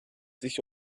sich